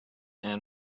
and